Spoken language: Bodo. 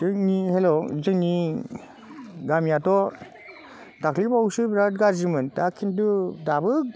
जोंनि हेल' जोंनि गामियाथ' दाख्लि बावैसो बेराद गाज्रिमोन दा खिन्थु दाबो